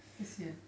kesian